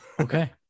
Okay